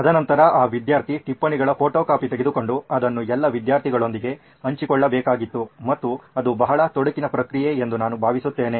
ತದನಂತರ ಆ ವಿದ್ಯಾರ್ಥಿ ಟಿಪ್ಪಣಿಗಳ ಫೋಟೋಕಾಪಿ ತೆಗೆದುಕೊಂಡು ಅದನ್ನು ಎಲ್ಲಾ ವಿದ್ಯಾರ್ಥಿಗಳೊಂದಿಗೆ ಹಂಚಿಕೊಳ್ಳಬೇಕಾಗಿತ್ತು ಮತ್ತು ಅದು ಬಹಳ ತೊಡಕಿನ ಪ್ರಕ್ರಿಯೆ ಎಂದು ನಾನು ಭಾವಿಸುತ್ತೇನೆ